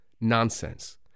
Nonsense